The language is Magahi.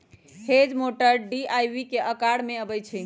हेज मोवर टी आ वाई के अकार में अबई छई